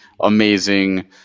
amazing